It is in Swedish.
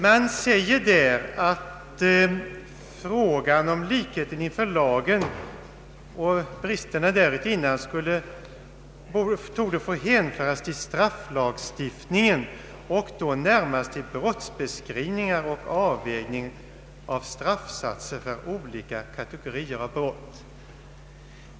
Utskottet skriver att frågan om likheten inför lagen och bristerna därutinnan torde få hänföras till strafflagstiftningen och då närmast till brottsbeskrivningar och avvägningar av straffsatser för olika kategorier av brott.